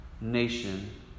nation